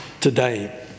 today